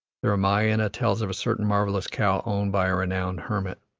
the ramayana tells of a certain marvellous cow owned by a renowned hermit.